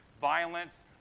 violence